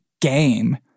game